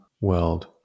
world